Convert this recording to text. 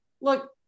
look